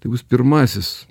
tai bus pirmasis